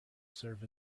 serve